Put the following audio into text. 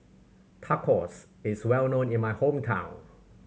tacos is well known in my hometown